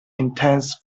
intense